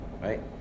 right